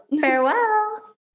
farewell